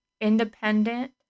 independent